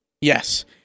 Yes